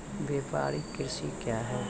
व्यापारिक कृषि क्या हैं?